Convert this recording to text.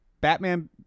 Batman